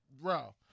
Bro